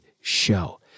show